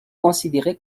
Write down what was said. considéré